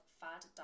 fad